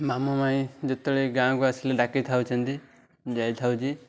ମାମୁଁ ମାଇଁ ଯେତେବେଳେ ଗାଁକୁ ଆସିଲେ ଡାକିଥାନ୍ତି ଯାଇଥାଉଛି